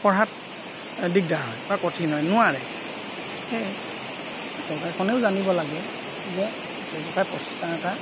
পঢ়াত দিগদাৰ হয় বা কঠিন হয় নোৱাৰে সেয়ে চৰকাৰখনেও জানিব লাগে যে ব্যৱসায় প্ৰতিষ্ঠান এটা